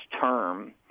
term –